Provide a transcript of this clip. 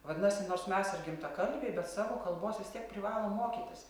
vadinasi nors mes ir gimtakalbiai bet savo kalbos vis tiek privalom mokytis